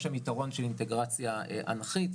יש שם יתרון של אינטגרציה אנכית.